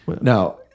Now